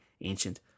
ancient